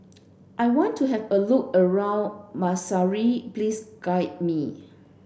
I want to have a look around Maseru please guide me